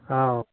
औ